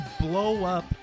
blow-up